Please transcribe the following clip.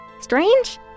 Strange